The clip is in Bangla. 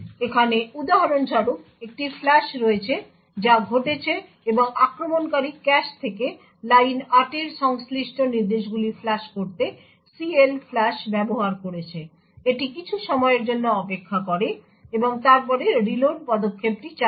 এখানে উদাহরণস্বরূপ একটি ফ্লাশ রয়েছে যা ঘটেছে এবং আক্রমণকারী ক্যাশ থেকে লাইন 8 এর সংশ্লিষ্ট নির্দেশগুলি ফ্লাশ করতে CLFLUSH ব্যবহার করেছে এটি কিছু সময়ের জন্য অপেক্ষা করে এবং তারপরে রিলোড পদক্ষেপটি চালু হয়